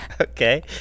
Okay